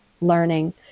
learning